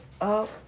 up